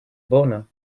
boner